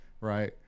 right